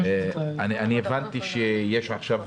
אני הבנתי שיש עכשיו,